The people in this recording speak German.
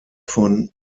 von